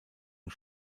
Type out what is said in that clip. und